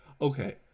okay